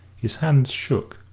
his hands shook,